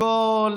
בכל